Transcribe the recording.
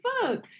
fuck